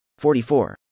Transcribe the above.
44